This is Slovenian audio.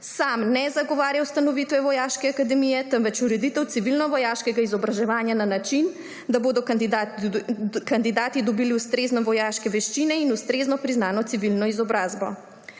Sam ne zagovarja ustanovitve Vojaške akademije, temveč ureditev civilno-vojaškega izobraževanja na način, da bodo kandidati dobili ustrezne vojaške veščine in ustrezno priznano civilno izobrazbo.